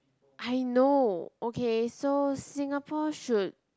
I know okay so Singapore should